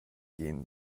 gehen